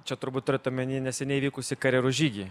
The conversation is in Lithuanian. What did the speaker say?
čia turbūt turit omeny neseniai vykusį karjerų žygį